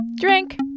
drink